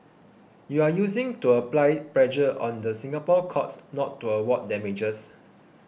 you are using to apply pressure on the Singapore courts not to award damages